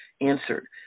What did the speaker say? answered